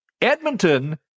Edmonton